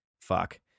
fuck